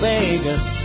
Vegas